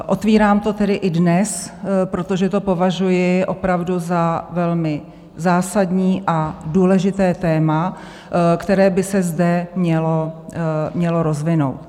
Otevírám to tedy i dnes, protože to považuji opravdu za velmi zásadní a důležité téma, které by se zde mělo rozvinout.